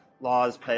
laws